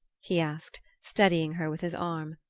he asked, steadying her with his arm.